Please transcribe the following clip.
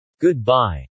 Goodbye